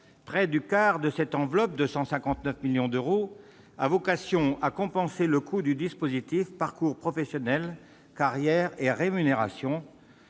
près du quart de cette enveloppe de 159 millions d'euros a vocation à compenser le coût du dispositif « Parcours professionnels, carrières et rémunérations